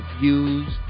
Views